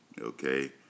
Okay